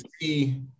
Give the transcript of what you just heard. see